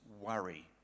worry